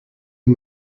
you